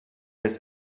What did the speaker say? his